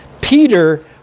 Peter